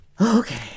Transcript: Okay